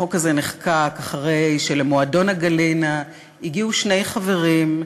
החוק הזה נחקק אחרי שלמועדון ה"גלינה" הגיעו שני חברים,